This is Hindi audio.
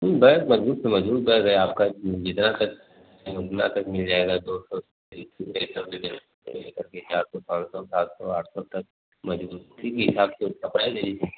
बैग मज़बूत से मज़बूत बैग है आपका जितना खर्च उतना तक मिल जाएगा दो सौ तीन सौ चार सौ पाँच सौ सात सौ आठ सौ तक मज़बूत के हिसाब से उसका प्राइस रहेगा